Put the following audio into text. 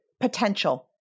potential